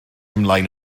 ymlaen